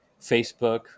facebook